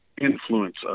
influence